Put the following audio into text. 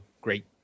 great